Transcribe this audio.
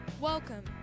Welcome